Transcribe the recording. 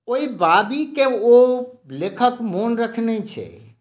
ओहि बाबीक ओ लेखक मोन रखने छै